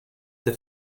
that